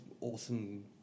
awesome